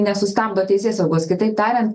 nesustabdo teisėsaugos kitaip tariant